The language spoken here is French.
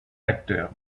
acteur